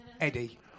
Eddie